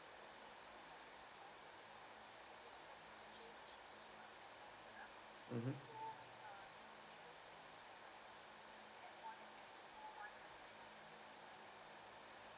mmhmm